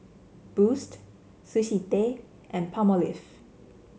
Boost Sushi Tei and Palmolive